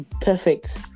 perfect